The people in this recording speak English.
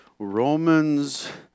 Romans